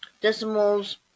decimals